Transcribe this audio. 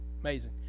Amazing